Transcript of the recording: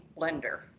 blender